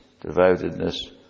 Devotedness